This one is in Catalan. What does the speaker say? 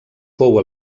fou